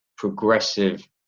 progressive